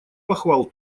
похвал